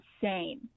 insane